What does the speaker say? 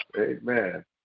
amen